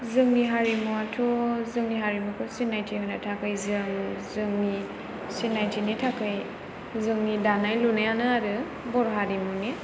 जोंनि हारिमुवाथ' जोंनि हारिमुखौ सिनायथि होनो थाखाय जों जोंनि सिनायथिनि थाखाय जोंनि दानाय लुनायानो आरो बर' हारिमुनि